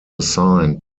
assigned